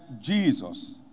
Jesus